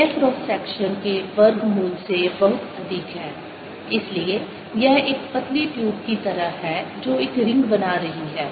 यह cross section के वर्गमूल से बहुत अधिक है इसलिए यह एक पतली ट्यूब की तरह है जो एक रिंग बना रही है